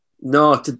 No